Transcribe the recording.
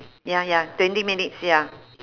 ya ya twenty minutes ya